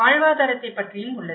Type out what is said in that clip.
வாழ்வாதாரத்தைப் பற்றியும் உள்ளது